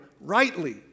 rightly